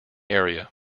area